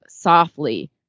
softly